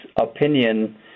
opinion